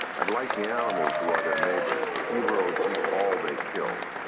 and, like the animals who are their neighbors, the jivaros eat all they kill.